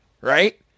right